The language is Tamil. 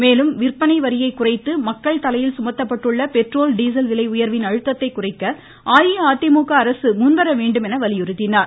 மேலும் விற்பனை வரியை குறைத்து மக்கள் தலையில் சுமத்தப்பட்டுள்ள பெட்ரோல் டீசல் விலை உயா்வின் அழுத்தத்தை குறைக்க அஇஅதிமுக அரசு முன்வரவேண்டும் என்றும் வலியுறுத்தியுள்ளார்